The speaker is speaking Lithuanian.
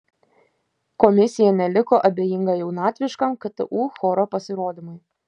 komisija neliko abejinga jaunatviškam ktu choro pasirodymui